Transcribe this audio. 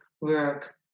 work